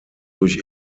durch